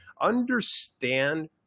understand